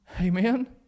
Amen